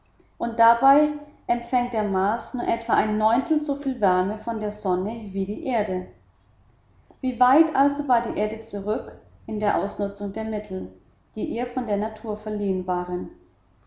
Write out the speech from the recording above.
und dabei empfängt der mars nur etwa ein neuntel so viel wärme von der sonne wie die erde wie weit also war die erde zurück in der ausnutzung der mittel die ihr von der natur verliehen waren